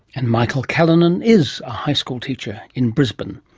and michael callanan is a high school teacher in brisbane.